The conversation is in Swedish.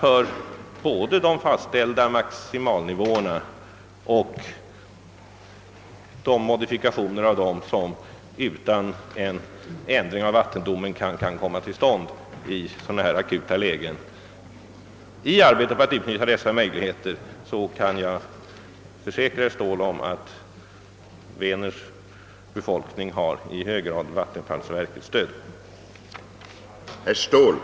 Men jag kan försäkra herr Ståhl att befolkningen vid Vänern i hög grad har vattenfallsverkets stöd när det gäller att minska översvämningsriskerna genom att utnyttja de möjligheter till avtappning som finns inom gränserna för de fastställda maximinivåerna och de modifikationer av dessa som utan ändring av vattendomen kan komma till stånd.